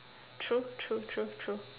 true true true true